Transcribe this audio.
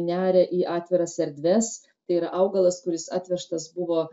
neria į atviras erdves tai yra augalas kuris atvežtas buvo